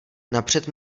napřed